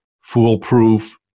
foolproof